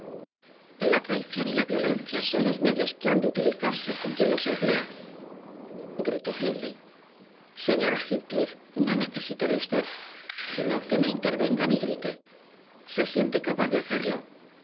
la traición y la violencia son los medios que han de utilizarse con quien los emplea gritó hindley señora heathcliff no necesito de usted sino que no intervenga ni grite se siente capaz de hacerlo